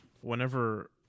Whenever